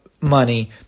Money